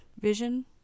vision